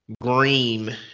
green